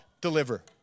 deliver